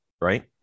right